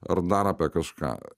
ar dar apie kažką